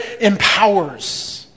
empowers